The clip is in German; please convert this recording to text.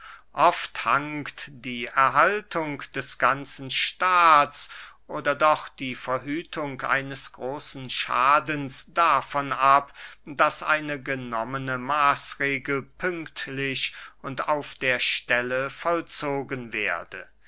oft hangt die erhaltung des ganzen staats oder doch die verhütung eines großen schadens davon ab daß eine genommene maßregel pünktlich und auf der stelle vollzogen werde